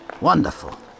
Wonderful